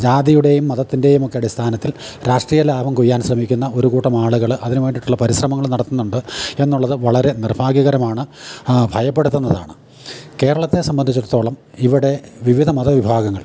ജാതിയുടെയും മതത്തിൻ്റെയുമൊക്കെ അടിസ്ഥാനത്തിൽ രാഷ്ട്രീയ ലാഭം കൊയ്യാൻ ശ്രമിക്കുന്ന ഒരു കൂട്ടം ആളുകൾ അതിനു വേണ്ടിട്ടുള്ള പരിശ്രമങ്ങൾ നടത്തുന്നുണ്ട് എന്നുള്ളത് വളരെ നിർഭാഗ്യകരമാണ് ഭയപ്പെടുത്തുന്നതാണ് കേരളത്തെ സംബന്ധിച്ചിടത്തോളം ഇവിടെ വിവിധ മതവിഭാഗങ്ങൾ